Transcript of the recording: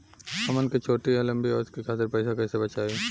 हमन के छोटी या लंबी अवधि के खातिर पैसा कैसे बचाइब?